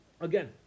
Again